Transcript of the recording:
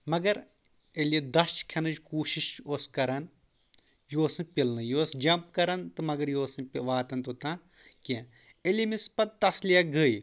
مگر ییٚلہِ یہِ دَچھ کھؠنٕچ کوٗشش اوس کران یہِ اوس نہٕ پِلانٕے یہِ اوس جَمپ کران تہٕ مگر یہِ اوس نہٕ واتان توٚتانۍ کینٛہہ ییٚلہِ أمِس پتہٕ تصلیہ گٔے